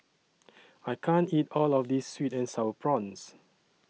I can't eat All of This Sweet and Sour Prawns